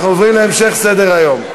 אנחנו עוברים להמשך סדר-היום: